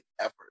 effort